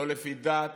לא לפי דת,